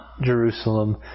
Jerusalem